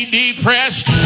depressed